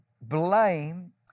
blame